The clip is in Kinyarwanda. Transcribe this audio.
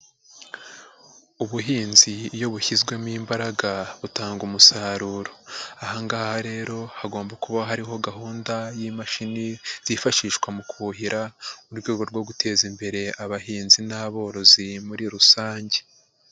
Ubuhinzi iyo bushyizwemo imbaraga butanga umusaruro. Aha ngaha rero hagomba kuba hariho gahunda y'imashini zifashishwa mu kuhira, mu rwego rwo guteza imbere abahinzi n'aborozi muri rusange.